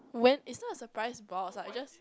when it's not a surprise box like it just